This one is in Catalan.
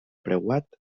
preuat